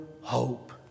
hope